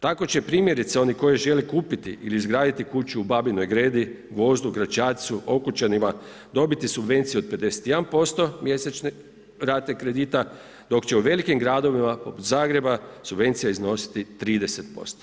Tako će primjerice oni koji žele kupiti ili izgraditi kuću u Babinoj Gredi, Gvozdu, Gračacu, Okučanima dobiti subvenciju od 51% mjesečne rate kredita dok će u velikim gradovima poput Zagreba subvencija iznositi 30%